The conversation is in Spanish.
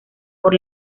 por